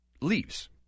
leaves